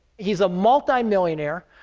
he's a multimillionaire,